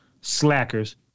Slackers